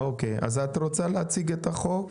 את רוצה להציג את החוק?